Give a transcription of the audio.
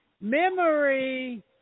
Memory